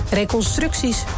reconstructies